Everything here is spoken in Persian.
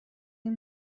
این